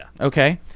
Okay